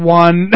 one